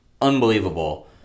unbelievable